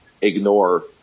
ignore